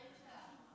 המסרים שלנו.